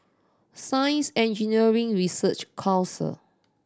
Science Engineering Research Council